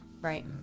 right